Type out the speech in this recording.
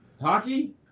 Hockey